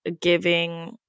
giving